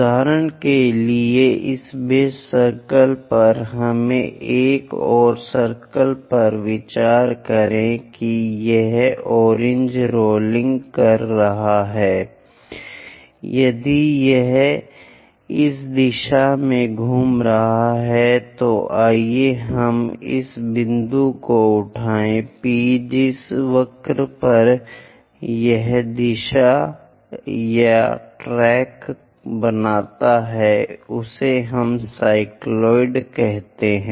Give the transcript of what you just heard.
उदाहरण के लिए इस बेस सर्कल पर हमें एक और सर्कल पर विचार करें कि यह ऑरेंज रोलिंग कर रहा है यदि यह इस दिशा में घूम रहा है तो आइए हम इस बिंदु को उठाएं P जिस वक्र पर यह दिशा या ट्रैक बनाता है जिसे हम साइक्लॉयड कहते हैं